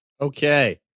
Okay